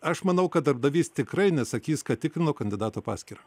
aš manau kad darbdavys tikrai nesakys kad tikrino kandidato paskyrą